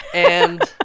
and.